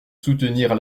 soutenir